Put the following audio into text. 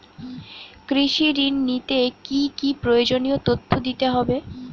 কৃষি ঋণ নিতে কি কি প্রয়োজনীয় তথ্য দিতে হবে?